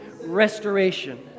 Restoration